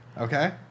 Okay